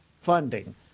funding